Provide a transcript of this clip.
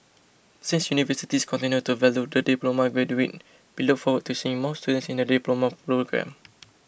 since universities continue to value the diploma graduate we look forward to seeing more students in the Diploma programme